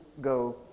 go